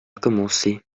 commencer